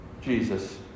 Jesus